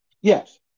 Yes